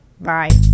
Bye